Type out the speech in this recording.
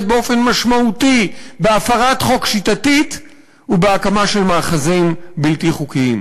באופן משמעותי בהפרת חוק שיטתית ובהקמה של מאחזים בלתי חוקיים.